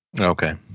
Okay